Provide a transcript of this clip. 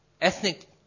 ethnic